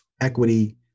equity